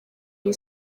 iyi